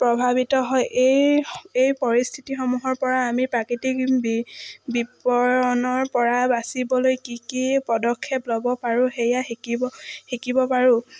প্ৰভাৱিত হয় এই এই পৰিস্থিতিসমূহৰপৰা আমি প্ৰাকৃতিক বিপৰণৰপৰা বাচিবলৈ কি কি পদক্ষেপ ল'ব পাৰোঁ সেয়া শিকিব শিকিব পাৰোঁ